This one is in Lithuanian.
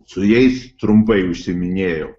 su jais trumpai užsiiminėjau